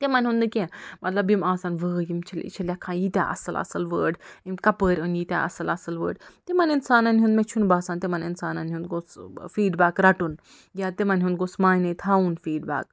تِمن یہُنٛد نہٕ کیٚنٛہہ مطلب یِم آسن وٲے یِم چھِ یہِ چھِ لٮ۪کھان ییٖتیٛاہ اصٕل اصٕل وٲڑ أمۍ کپٲرۍ اوٚن ییٖتیٛاہ اصٕل اصٕل وٲڑ تِمن اِنسانن ہُنٛد مےٚ چھُنہٕ باسان تِمن اِنسانن ہُنٛد گوٚژھ فیٖڈبیک رَٹُن یا تِمن ہُنٛد گوٚژھ معنی تھاوُن فیٖڈبیک